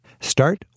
Start